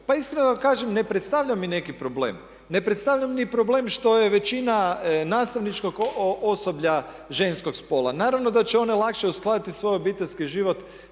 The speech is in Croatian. pa iskreno da vam kažem ne predstavlja mi neki problem. Ne predstavlja ni problem što je većina nastavničkog osoblja ženskog spola. Naravno da će one lakše uskladiti svoj obiteljski život